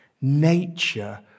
nature